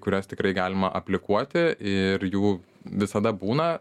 kurias tikrai galima aplikuoti ir jų visada būna